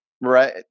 right